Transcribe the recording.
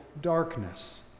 darkness